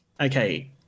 okay